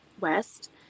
west